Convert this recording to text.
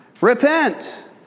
repent